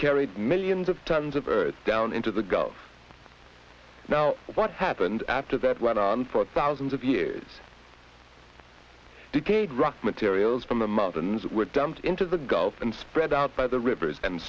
carried millions of tons of earth down into the gulf now what happened after that went on for thousands of years decayed raw materials from the mountains were dumped into the gulf and spread out by the rivers and